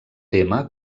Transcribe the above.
tema